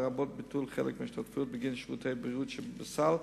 לרבות ביטול חלק מההשתתפויות בגין שירותי בריאות שבסל,